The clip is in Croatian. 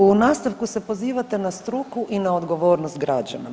U nastavku se pozivate na struku i na odgovornost građana.